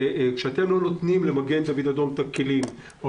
כאשר אתם לא נותנים למגן דוד אדום את הכלים או